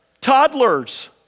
Toddlers